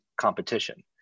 competition